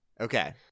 Okay